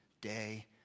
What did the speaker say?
day